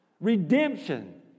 Redemption